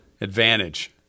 advantage